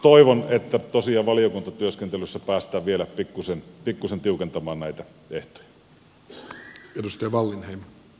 toivon että tosiaan valiokuntatyöskentelyssä päästään vielä pikkuisen tiukentamaan näitä ehtoja